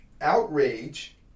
Outrage